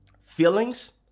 feelings